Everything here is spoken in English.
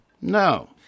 No